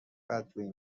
بدگویی